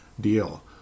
deal